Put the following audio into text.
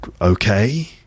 Okay